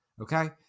okay